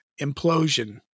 implosion